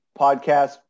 podcast